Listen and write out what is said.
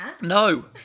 No